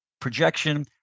projection